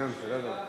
בשם הממשלה,